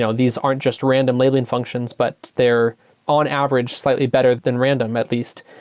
so these aren't just random labeling functions, but they're on average slightly better than random, at least,